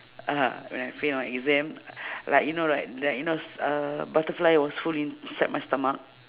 uh when I fail my exam like you know like like you know s~ uh butterfly was fully in~ inside my stomach